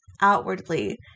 outwardly